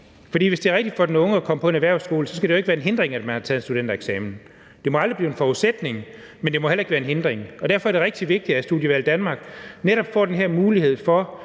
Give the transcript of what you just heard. For hvis det er rigtigt for den unge at komme på en erhvervsskole, skal det jo ikke være en hindring, at man har taget en studentereksamen. Det må aldrig blive en forudsætning, men det må heller ikke være en hindring. Og derfor er det rigtig vigtigt, at Studievalg Danmark netop får den her mulighed for